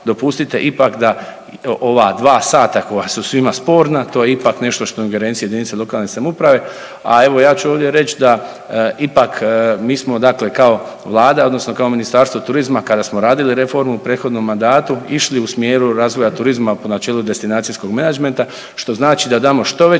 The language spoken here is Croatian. dopustite ipak da ova dva sata koja su svima sporna to je ipak nešto što je u ingerenciji jedinica lokalne samouprave. A evo ja ću ovdje reći da ipak mi dakle kao vlada odnosno kao Ministarstvo turizma kada smo radili reformu u prethodnom mandatu išli u smjeru razvoja turizma po načelu destinacijskog menadžmenta što znači da damo što veće